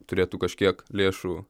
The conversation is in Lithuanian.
turėtų kažkiek lėšų